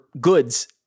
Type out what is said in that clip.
goods